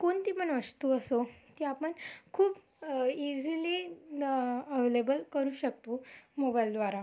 कोणतीपण वस्तू असो ती आपण खूप इझीली ॲव्हलेबल करू शकतो मोबाईलद्वारा